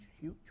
huge